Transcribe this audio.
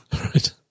Right